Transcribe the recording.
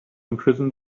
imprison